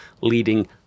leading